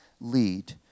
lead